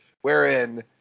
wherein